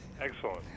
Excellent